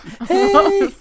Hey